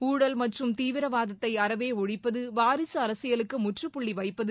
ஊழல் மற்றும் தீவிரவாதத்தை அறவே ஒழிப்பது வாரிசு அரசியலுக்கு முற்றுப்புள்ளி வைப்பது